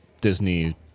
Disney